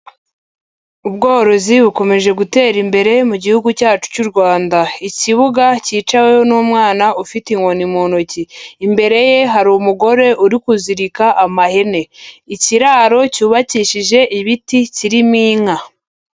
Ubworozi bukomeje gutera imbere mu gihugu cyacu cy'u Rwanda, ikibuga kicaweho n'umwana ufite inkoni mu ntoki, imbere ye hari umugore uri kuzirika amahene, ikiraro cyubakishije ibiti kirimo inka.